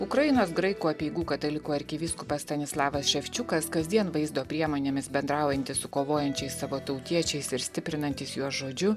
ukrainos graikų apeigų katalikų arkivyskupą stanislavas ševčiukas kasdien vaizdo priemonėmis bendraujantis su kovojančiais savo tautiečiais ir stiprinantis juos žodžiu